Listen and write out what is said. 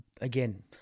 again